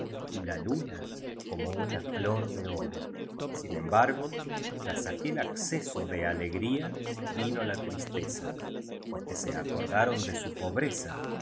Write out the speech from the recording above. y la luna como una flor de oro sin embargo tras aquel acceso de alegría vino la tristeza porque se acordaron de su pobreza